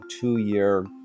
two-year